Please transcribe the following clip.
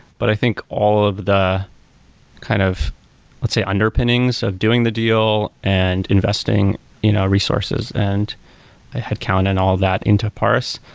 but i think all of the kind of let's say underpinnings of doing the deal and investing you know resources. and i had counted and all that into parse.